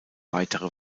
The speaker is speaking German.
weitere